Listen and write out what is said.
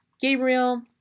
Gabriel